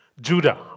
Judah